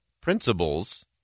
principles